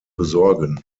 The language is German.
besorgen